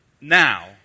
now